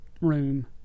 room